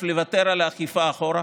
דבר ראשון, לוותר על האכיפה אחורה,